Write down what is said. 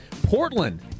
Portland